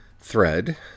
thread